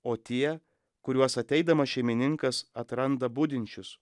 o tie kuriuos ateidamas šeimininkas atranda budinčius